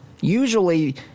usually